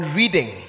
reading